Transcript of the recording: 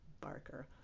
Barker